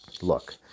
Look